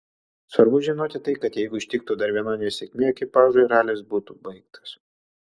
svarbu žinoti tai kad jeigu ištiktų dar viena nesėkmė ekipažui ralis būtų baigtas